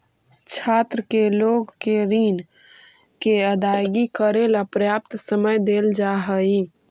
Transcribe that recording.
छात्र लोग के ऋण के अदायगी करेला पर्याप्त समय देल जा हई